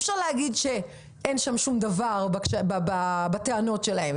ואי אפשר להגיד שאין שום דבר בטענות שלהם.